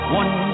one